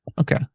Okay